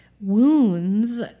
wounds